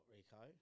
Rico